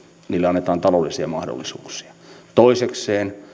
annetaan taloudellisia mahdollisuuksia toisekseen